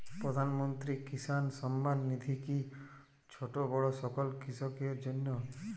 প্রধানমন্ত্রী কিষান সম্মান নিধি কি ছোটো বড়ো সকল কৃষকের জন্য?